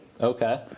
Okay